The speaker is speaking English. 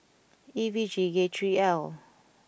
E V G K three L